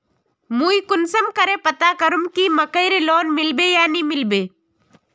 मुई कुंसम करे पता करूम की मकईर लोन मिलबे या नी मिलबे?